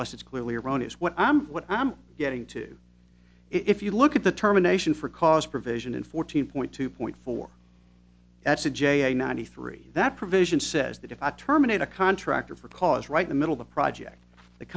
and less it's clearly erroneous what i'm what i am getting to if you look at the terminations for cause provision in fourteen point two point four that's a j a ninety three that provision says that if i terminate a contractor for cause right the middle the project the